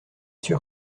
sûr